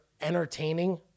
entertaining